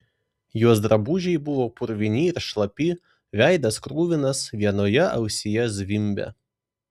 jos drabužiai buvo purvini ir šlapi veidas kruvinas vienoje ausyje zvimbė